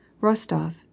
Rostov